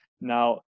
Now